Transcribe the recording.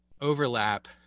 overlap